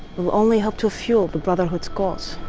will only help to fuel the brotherhood's cause.